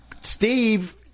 steve